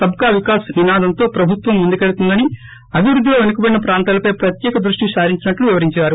సబ్కా వికాస్ నినాదంతో ప్రభుత్వం ముందుకెళుతుందని అభివృద్దిలో పెనుకబడిన ప్రాంతాలపై ప్రత్యేక దృష్టి సారించినట్లు వివరించారు